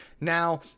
now